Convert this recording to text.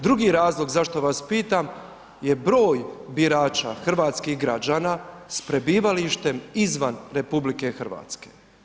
Drugi razlog zašto vas pitam je broj birača hrvatskih građana sa prebivalištem izvan RH.